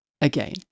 again